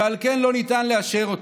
ועל כן לא ניתן לאשר אותו.